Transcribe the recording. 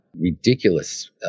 ridiculous